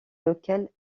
lequel